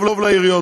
טוב לעיריות,